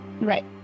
Right